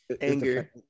anger